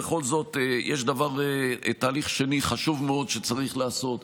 בכל זאת, יש תהליך שני חשוב מאוד שצריך לעשות,